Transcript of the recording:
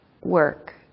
work